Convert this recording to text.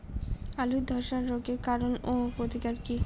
আলুর ধসা রোগের কারণ ও প্রতিকার কি?